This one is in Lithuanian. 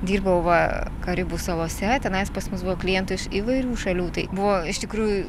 dirbau va karibų salose tenais pas mus buvo klientų iš įvairių šalių tai buvo iš tikrųjų